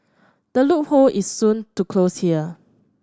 the loophole is soon to close here